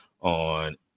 on